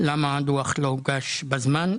למה הדוח לא הוגש בזמן.